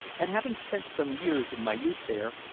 and having spent some years of my youth there,